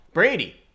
Brady